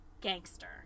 gangster